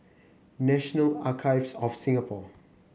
National Archives of Singapore